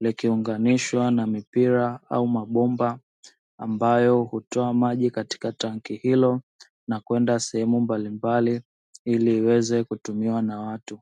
likiunganishwa na mipira au mabomba, ambayo hutoa maji katika tanki hilo na kwenda sehemu mbalimbali ili iweze kutumiwa na watu.